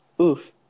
Oof